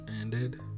ended